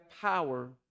power